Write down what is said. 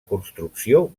construcció